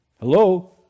Hello